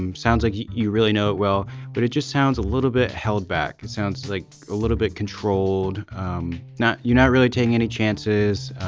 um sounds like you really know it well but it just sounds a little bit held back. it sounds like a little bit controlled not you're not really taking any chances.